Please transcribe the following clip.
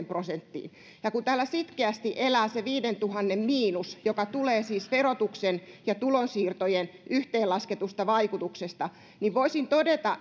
prosenttiin ja kun täällä sitkeästi elää se viidentuhannen miinus joka tulee siis verotuksen ja tulonsiirtojen yhteenlasketusta vaikutuksesta niin voisin todeta